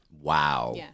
Wow